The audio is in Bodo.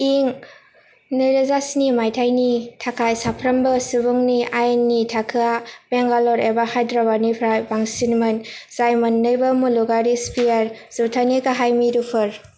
इं नैरोजा स्नि माइथायनि थाखाय साफ्रोमबो सुबुंनि आयेननि थाखोआ बेंगाल'र एबा हायद्राबादनिफ्राय बांसिनमोन जाय मोननैबो मुलुगारि स्फेयार जौथायनि गाहाय मिरुफोर